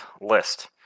list